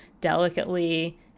delicately